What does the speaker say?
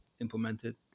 implemented